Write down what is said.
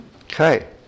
Okay